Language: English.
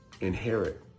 inherit